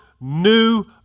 new